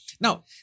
Now